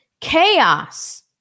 chaos